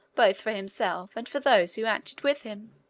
both for himself and for those who acted with him.